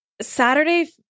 Saturday